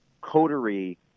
coterie